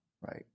Right